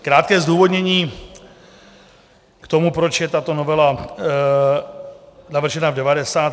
Krátké zdůvodnění k tomu, proč je tato novela navržena v devadesátce.